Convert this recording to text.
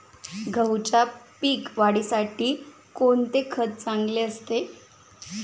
गहूच्या पीक वाढीसाठी कोणते खत चांगले असते?